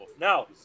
now